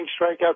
strikeouts